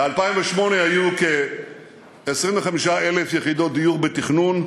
ב-2008 היו כ-25,000 יחידות דיור בתכנון.